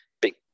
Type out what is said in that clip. big